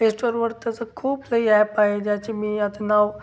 play स्टोरवर तसं खूप काही ॲप आहे ज्याचे मी यात नाव